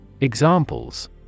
Examples